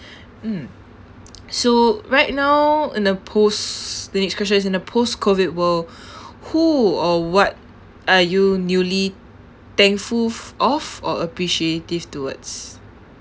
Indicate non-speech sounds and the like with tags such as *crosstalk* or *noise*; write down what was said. *breath* mm so right now in the post the next question is in the post COVID world who or what are you newly thankful f~ of or appreciative towards